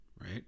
right